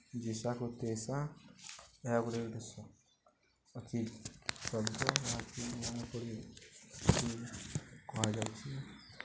ଯେସାକୁ ତେସା ଏହା ଗୁଟେ କହାଯାଉଛି